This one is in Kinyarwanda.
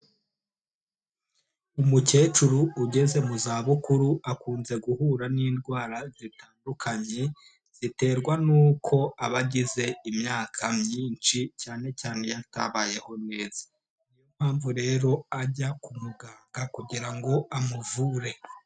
Umukecuru ugeze mu zabukuru akunze guhura n'indwara zitandukanye, ziterwa n'uko aba agize imyaka myinshi, cyane cyane iyo atabayeho neza. Ni yo mpamvu rero, ajya ku muganga kugira ngo amuvure.